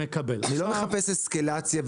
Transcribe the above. אני לא מחפש אסקלציה,